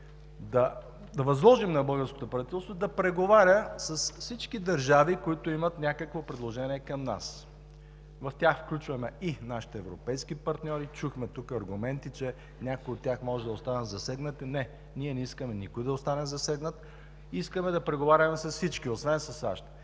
да възложим на българското правителство да преговаря с всички държави, които имат някакво предложение към нас. В тях включваме и нашите европейски партньори. Чухме тук аргументи, че някои от тях може да останат засегнати. Не, ние не искаме никой да остане засегнат, искаме да преговаряме с всички, освен със САЩ,